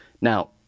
Now